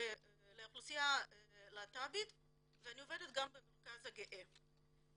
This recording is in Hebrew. באוכלוסייה הלהט"בית ואני עובדת גם במרכז הגאה.